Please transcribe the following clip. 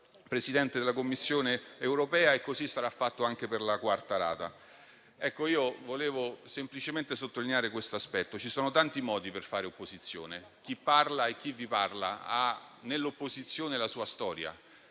Presidente della Commissione europea e così sarà anche per la quarta rata. Volevo semplicemente sottolineare questo aspetto. Ci sono tanti modi per fare opposizione: chi vi parla ha nell'opposizione la sua storia.